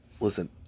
listen